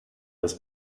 des